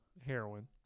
heroin